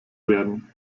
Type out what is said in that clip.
werden